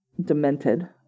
demented